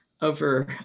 over